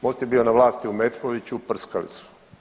Most je bio na vlasti u Metkoviću, uprskali su.